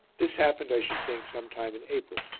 this happened, i should think, some time in april,